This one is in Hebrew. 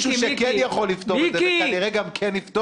כמו שניהלת ביד רמה את פיזור הכנסת,